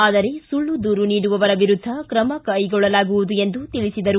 ಆದರೆ ಸುಳ್ಳು ದೂರು ನೀಡುವವರ ವಿರುದ್ದ ಕ್ರಮ ಕೈಗೊಳ್ಳಲಾಗುವುದು ಎಂದು ತಿಳಿಸಿದರು